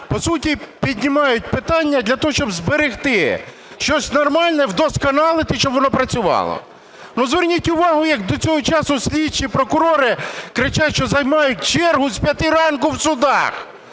по суті, піднімають питання для того, щоб зберегти щось нормальне, вдосконалити, щоб воно працювало. Зверніть увагу, як до цього часу слідчі прокурори кричать, що займають чергу з п'яти ранку в судах,